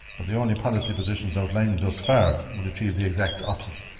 but the only policy positions outlined thus far would achieve the exact opposite.